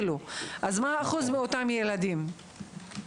מהו האחוז מאותם ילדים?